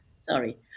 sorry